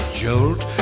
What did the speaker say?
jolt